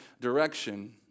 direction